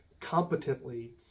competently